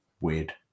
weird